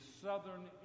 southern